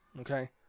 Okay